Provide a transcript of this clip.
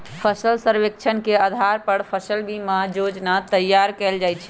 फसल सर्वेक्षण के अधार पर फसल बीमा जोजना तइयार कएल जाइ छइ